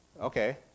Okay